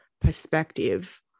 perspective